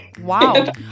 Wow